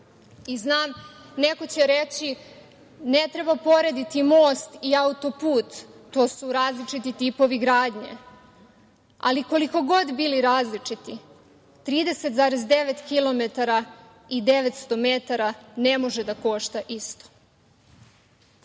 Znam, neko će reći - ne treba porediti most i auto-put, to su različiti tipovi gradnje. Ali, koliko god bili različiti, 30,9 kilometara i 900 metara ne može da košta isto.